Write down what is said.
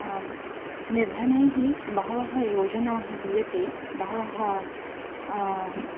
निर्धनैः बहवः योजनाः दीयते बहवः